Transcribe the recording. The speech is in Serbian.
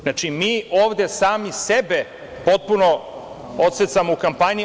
Znači, mi ovde sami sebe potpuno odsecamo u kampanji.